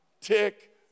tick